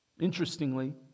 Interestingly